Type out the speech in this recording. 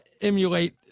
emulate